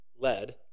lead